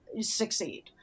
succeed